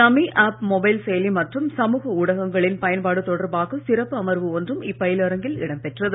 நமோ app mobile செயலி மற்றும் சமூக ஊடகங்களின் பயன்பாடு தொடர்பாக சிறப்பு அமர்வு ஒன்றும் இப்பயிலரங்கில் இடம்பெற்றது